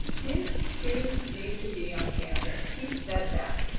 his students need to be on campus. he said that.